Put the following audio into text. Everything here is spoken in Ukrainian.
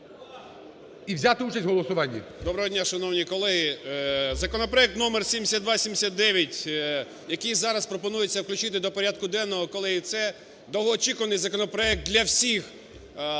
Доброго дня, шановні колеги! Законопроект номер 7279, який зараз пропонується включити до порядку денного, колеги, це довгоочікуваний законопроект для всіх